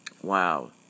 Wow